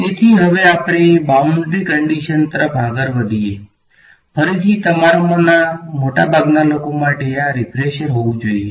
તેથી હવે આપણે બાઉંડ્રી શરતો તરફ આગળ વધીએ ફરીથી તમારા માંના મોટાભાગના લોકો માટે આ રિફ્રેશર હોવું જોઈએ